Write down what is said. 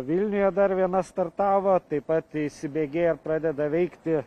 vilniuje dar viena startavo taip pat įsibėgėja pradeda veikti